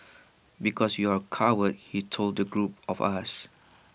because you are cowards he told the group of us